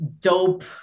dope